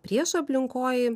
priešą aplinkoj